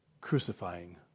crucifying